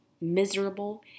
miserable